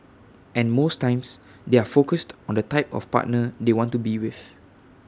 and most times they are focused on the type of partner they want to be with